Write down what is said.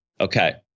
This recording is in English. Okay